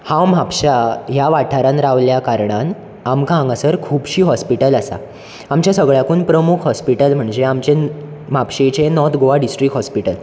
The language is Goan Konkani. हांव म्हापश्या ह्या वाठारांत रावल्ल्या कारणान आमकां हांगासर खूबशीं हॉस्पिटल आसात आमचे सगळ्याकून प्रमूख हॉस्पिटल म्हणजे आमचे म्हापशेचें नॉर्थ गोवा डिस्ट्रिक्ट हॉस्पिटल